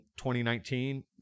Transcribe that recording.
2019